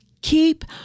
Keep